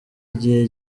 igihe